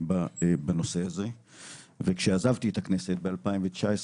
בנושא הזה וכשעזבתי את הכנסת ב-2019,